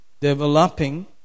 developing